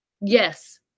Yes